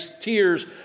tears